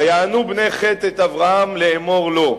ויענו בני חת את אברהם לאמר לו.